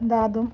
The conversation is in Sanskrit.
दातुम्